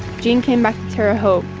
gene came back to terre haute.